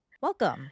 Welcome